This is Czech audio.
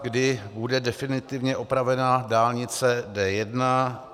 Kdy bude definitivně opravena dálnice D1.